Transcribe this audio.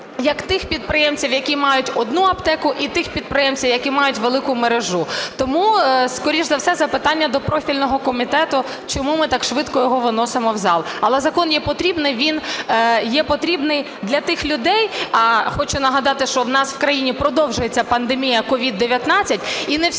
як тих підприємців, які мають одну аптеку, і тих підприємців, які мають велику мережу. Тому скоріш за все це запитання до профільного комітету – чому ми так швидко його виносимо в зал. Але закон є потрібний. Він є потрібний для тих людей… Хочу нагадати, що в нас в країні продовжується пандемія COVID-19 і не всі